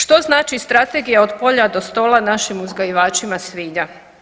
Što znači strategija od polja do stola našim uzgajivačima svinja?